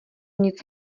nic